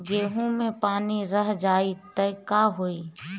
गेंहू मे पानी रह जाई त का होई?